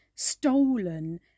stolen